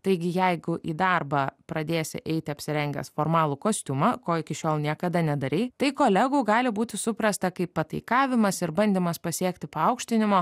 taigi jeigu į darbą pradėsi eiti apsirengęs formalų kostiumą ko iki šiol niekada nedarei tai kolegų gali būti suprasta kaip pataikavimas ir bandymas pasiekti paaukštinimo